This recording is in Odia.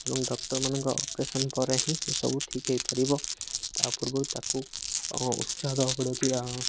ଏବଂ ଡ଼କ୍ଟର୍ମାନଙ୍କର ଅପରେସନ୍ ପରେ ହିଁ ସେସବୁ ଠିକ୍ ହୋଇପାରିବ ତା ପୂର୍ବରୁ ତାକୁ ଉତ୍ସାହ ଦବାକୁ ପଡ଼ିବ କିି